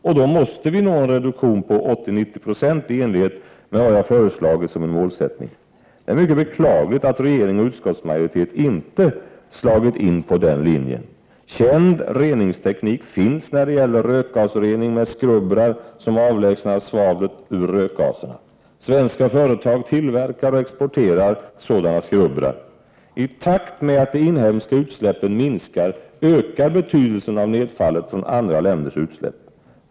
Och då måste vi nå en reduktion på 80—90 96 i enlighet med vad jag har föreslagit som en målsättning. Det är mycket beklagligt att regering och utskottsmajoritet inte slagit in på den linjen. Känd reningsteknik finns när det gäller rökgasrening med skrubbrar, som avlägsnar svavlet ur rökgaserna. Svenska företag tillverkar och exporterar sådana skrubbrar. I takt med att de inhemska utsläppen minskar ökar betydelsen av nedfallet från andra länders utsläpp.